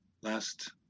last